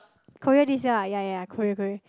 Korea this year ah ya ya Korea Korea